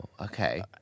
okay